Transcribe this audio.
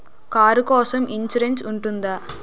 Car కోసం insurance ఉంటుందా?